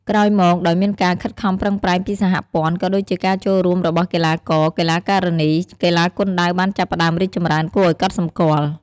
ក្រោយមក ដោយមានការខិតខំប្រឹងប្រែងពីសហព័ន្ធ ក៏ដូចជាការចូលរួមរបស់កីឡាករ-កីឡាការិនី កីឡាគុនដាវបានចាប់ផ្តើមរីកចម្រើនគួរឱ្យកត់សម្គាល់។